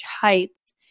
Heights